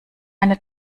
eine